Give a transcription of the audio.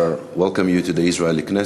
We welcome you to the Israeli Knesset.